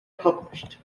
published